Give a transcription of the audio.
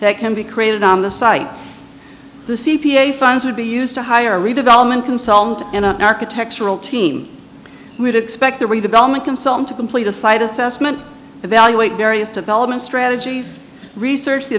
that can be created on the site the c p a funds would be used to hire redevelopment consultant and an architectural team would expect the redevelopment consultant to complete a site assessment evaluate various development strategies research the